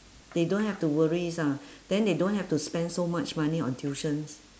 they don't have to worries ah then they don't have to spend so much money on tuitions